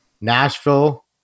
Nashville